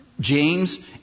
James